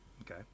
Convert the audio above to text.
Okay